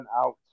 out